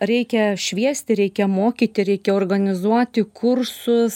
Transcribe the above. reikia šviesti reikia mokyti reikia organizuoti kursus